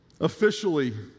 Officially